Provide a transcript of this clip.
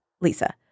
Lisa